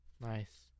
Nice